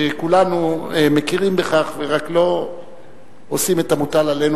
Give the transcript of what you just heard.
וכולנו מכירים בכך רק לא עושים את המוטל עלינו,